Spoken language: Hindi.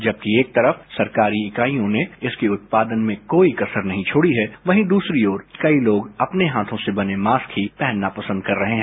जबकि एक तरफ सरकारी इकाईयों ने इसके उत्पादन में कोई कसर नहीं छोड़ी है वहीं दूसरी ओर कई लोग अपने हाथों से बने मास्क ही पहनना पंसद कर रहे हैं